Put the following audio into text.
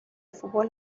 fútbol